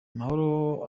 mahoro